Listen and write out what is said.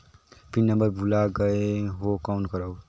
Pin number भुला गयें हो कौन करव?